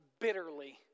bitterly